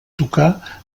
tocar